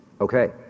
Okay